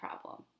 problem